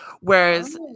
Whereas –